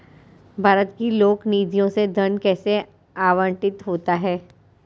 भारत की लोक निधियों से धन कैसे आवंटित होता है?